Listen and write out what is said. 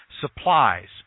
supplies